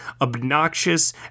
obnoxious